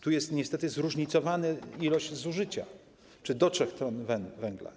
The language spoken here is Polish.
Tu jest niestety zróżnicowana ilość zużycia, czy do 3 t węgla.